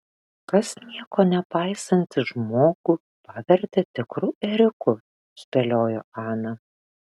kas nieko nepaisantį žmogų pavertė tikru ėriuku spėliojo ana